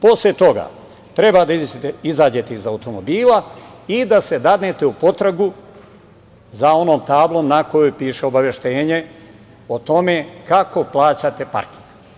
Posle toga treba da izađete iz automobila i da se date u potragu za onom tablom na kojoj piše obaveštenje o tome kako plaćate parking.